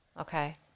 Okay